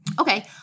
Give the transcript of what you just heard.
okay